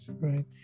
Right